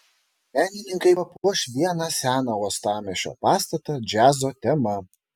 menininkai papuoš vieną seną uostamiesčio pastatą džiazo tema